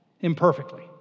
imperfectly